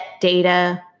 data